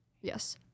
Yes